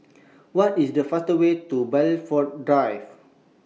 What IS The faster Way to Blandford Drive